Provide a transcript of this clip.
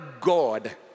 God